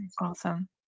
Awesome